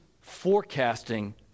forecasting